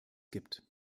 gibt